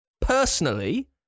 personally